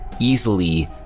easily